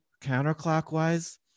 counterclockwise